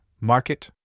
market